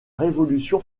révolution